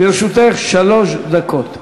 לרשותך שלוש דקות.